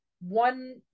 one